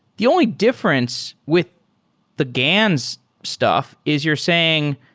the only difference with the gans stuff is you're saying,